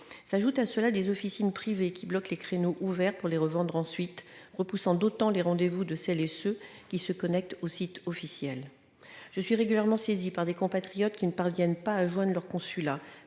s'ajoute à cela des officines privées qui bloquent les créneaux ouverts pour les revendent ensuite, repoussant d'autant les rendez vous de celles et ceux qui se connectent au site officiel je suis régulièrement saisi par des compatriotes qui ne parviennent pas à joindre leur consulat,